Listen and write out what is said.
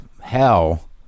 hell